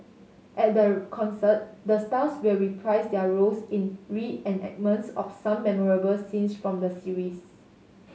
at the concert the stars will reprise their roles in reenactments of some memorable scenes from the series